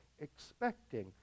expecting